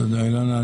תודה, אילנה.